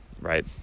right